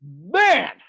man